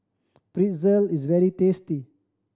pretzel is very tasty